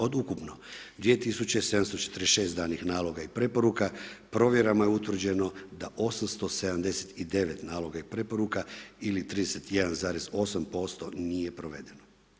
Od ukupno 2746 danih naloga i preporuka, provjerama je utvrđeno da 879 naloga i preporuka ili 31,8% nije provedeno.